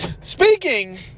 Speaking